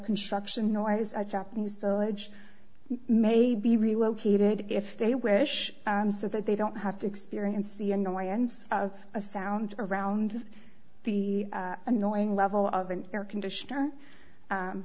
construction noise japanese the edge may be relocated if they wish so that they don't have to experience the annoyance of a sound around the annoying level of an air conditioner